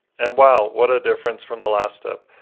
and, wow! what a difference from the last step.